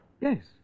Yes